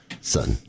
Son